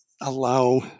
allow